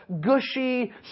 gushy